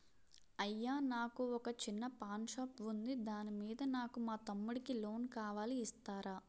అయ్యా నాకు వొక చిన్న పాన్ షాప్ ఉంది దాని మీద నాకు మా తమ్ముడి కి లోన్ కావాలి ఇస్తారా?